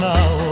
Now